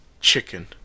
chicken